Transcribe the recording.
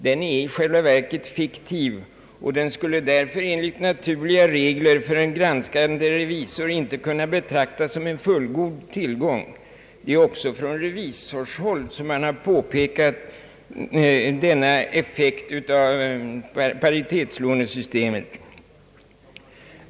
Den är i själva verket fiktiv och skulle därför enligt naturliga regler för en granskande revisor inte kunna betraktas som en fullgod tillgång. Det är också från revisorshåll som man har påpekat denna effekt av paritetslånesystemet.